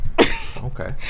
Okay